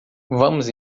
vamos